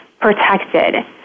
protected